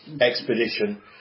expedition